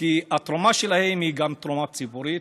כי גם התרומה שלהם היא תרומה ציבורית.